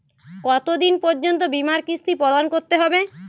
কতো দিন পর্যন্ত বিমার কিস্তি প্রদান করতে হবে?